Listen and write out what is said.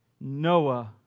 Noah